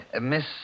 Miss